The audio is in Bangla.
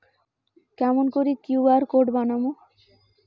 কেমন করি কিউ.আর কোড বানাম?